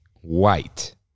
white